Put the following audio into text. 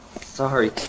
Sorry